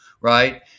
right